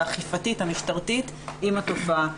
האכיפה והמשטרתית עם התופעה.